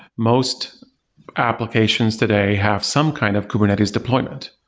most applications today have some kind of kubernetes deployment.